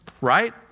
Right